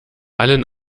allen